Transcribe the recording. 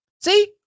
See